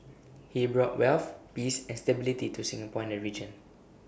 he brought wealth peace and stability to Singapore and the region